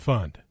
Fund